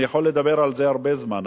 אני יכול לדבר על זה הרבה זמן,